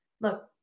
look